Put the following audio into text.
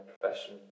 profession